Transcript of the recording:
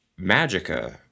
Magica